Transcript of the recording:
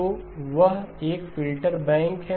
तो वह एक फिल्टर बैंक है